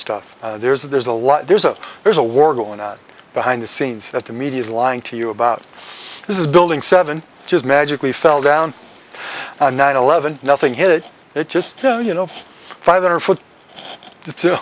stuff there's a lot there's a there's a war going on behind the scenes that the media is lying to you about this is building seven just magically fell down a nine eleven nothing hit it just you know five hundred foot